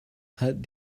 had